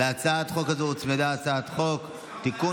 להצעת החוק הזאת הוצמדה הצעת חוק לתיקון